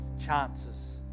chances